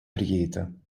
vergeten